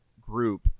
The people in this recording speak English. group